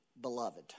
beloved